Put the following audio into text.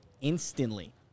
instantly